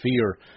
fear